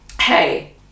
hey